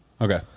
Okay